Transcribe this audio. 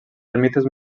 ermites